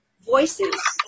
Voices